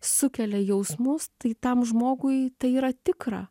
sukelia jausmus tai tam žmogui tai yra tikra